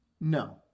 No